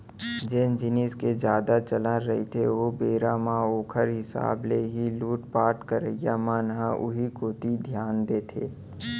जेन जिनिस के जादा चलन रहिथे ओ बेरा म ओखर हिसाब ले ही लुटपाट करइया मन ह उही कोती धियान देथे